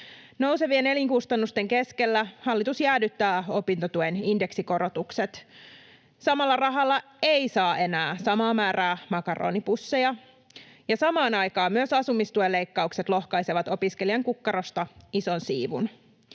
Nousevien elinkustannusten keskellä hallitus jäädyttää opintotuen indeksikorotukset. Samalla rahalla ei saa enää samaa määrää makaronipusseja, ja samaan aikaan myös asumistuen leikkaukset lohkaisevat opiskelijan kukkarosta ison siivun.